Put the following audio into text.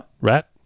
Rat